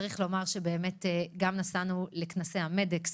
צריך לומר שגם נסענו לכנסי המדקס.